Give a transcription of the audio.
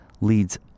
leads